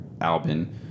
Albin